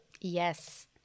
Yes